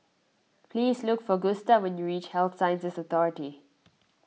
please look for Gusta when you reach Health Sciences Authority